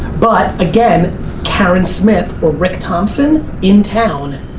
but again karen smith or rick thompson, in town,